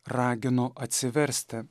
ragino atsiversti